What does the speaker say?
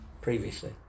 previously